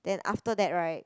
then after that right